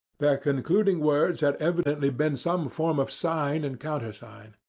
their concluding words had evidently been some form of sign and countersign.